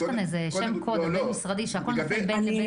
יש כאן שם קוד שהכול נופל בין לבין.